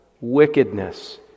wickedness